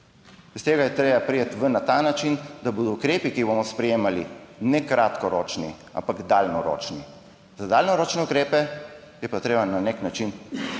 Iz tega je treba priti na ta način, da bodo ukrepi, ki jih bomo sprejemali, ne kratkoročni, ampak daljnoročni. Za daljnoročne ukrepe je pa treba na nek način pustiti